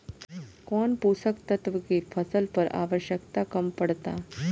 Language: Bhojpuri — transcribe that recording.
कौन पोषक तत्व के फसल पर आवशयक्ता कम पड़ता?